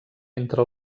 entre